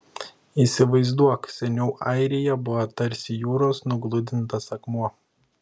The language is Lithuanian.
įsivaizduok seniau airija buvo tarsi jūros nugludintas akmuo